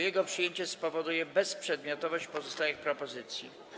Jego przyjęcie spowoduje bezprzedmiotowość pozostałych propozycji.